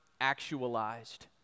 actualized